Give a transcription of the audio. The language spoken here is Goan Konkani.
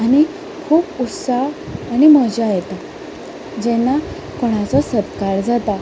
आनी खूब उत्साह आनी मजा येता जेन्ना कोणाचो सत्कार जाता